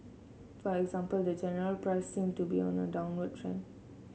for example the general price seem to be on a trend